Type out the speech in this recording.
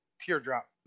Teardrop